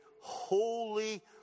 holy